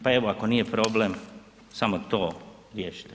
Pa evo ako nije problem samo to riješite.